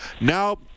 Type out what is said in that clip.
now